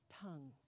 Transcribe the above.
tongue